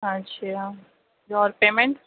اچھا اور پیمینٹ